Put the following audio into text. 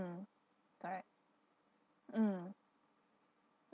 mm correct mm